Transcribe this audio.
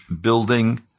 building